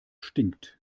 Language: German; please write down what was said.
stinkt